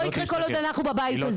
לא יקרה כל עוד אנחנו בבית הזה.